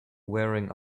wearing